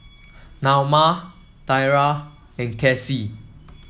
Naoma Thyra and Casie